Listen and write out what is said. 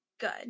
good